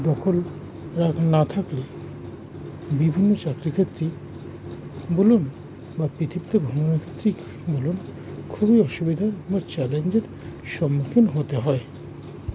দখল রখ না থাকলে বিভিন্ন চাকরি ক্ষেত্রে বলুন বা বলুন খুবই অসুবিধার বা চ্যালেঞ্জের সম্মুখীন হতে হয়